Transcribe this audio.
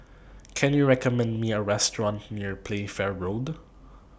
Can YOU recommend Me A Restaurant near Playfair Road